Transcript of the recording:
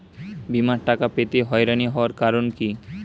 বিমার টাকা পেতে হয়রানি হওয়ার কারণ কি?